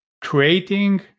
creating